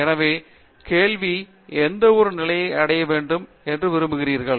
எனவே கேள்வி எந்த ஒரு நிலையை அடைய வேண்டும் என விரும்புகிறீர்கள்